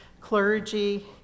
clergy